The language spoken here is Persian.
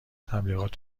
تبلیغات